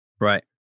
Right